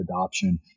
adoption